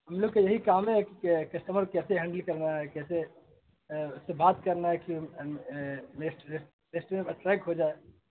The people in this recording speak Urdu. ہم لوگ کے یہی کام ہے کہ کسٹمر کیسے ہینڈل کرنا ہے کیسے اس سے بات کرنا ہے کہ نیسٹ ریسٹ ریسٹورٹ اٹریکٹ ہو جائے